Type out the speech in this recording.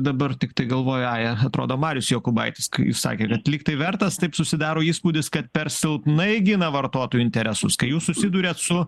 dabar tiktai galvoju ai atrodo marius jokūbaitis jis sakė kad lyg tai vertas taip susidaro įspūdis kad per silpnai gina vartotojų interesus kai jūs susiduriat su